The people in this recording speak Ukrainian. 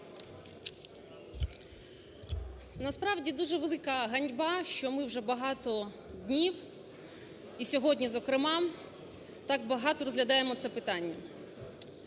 Насправді дуже велика ганьба, що ми вже багато днів і сьогодні, зокрема, так багато розглядаємо це питання.